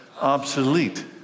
Obsolete